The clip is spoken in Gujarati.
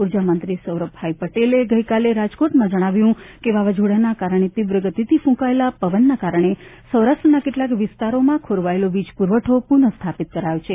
ઉર્જામંત્રી સૌરભ પટેલ ગઇકાલે રાજકોટમાં જણાવ્યું હતું કે વાવાઝોડાના કારણે તીવ્ર ગતિથી ફૂંકાયેલા પવનના કારણે સૌરાષ્ટ્રના કેટલાંક વિસ્તારોમાં ખોરવાયેલો વીજપુરવઠો પુનઃ સ્થાપિત કરાયો છે